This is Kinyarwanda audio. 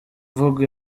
mvugo